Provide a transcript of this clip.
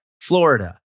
Florida